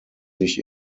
sich